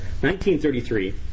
1933